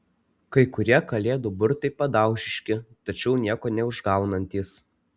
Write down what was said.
kai kurie kalėdų burtai padaužiški tačiau nieko neužgaunantys